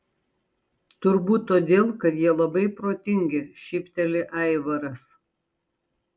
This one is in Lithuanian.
turbūt todėl kad jie labai protingi šypteli aivaras